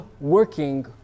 working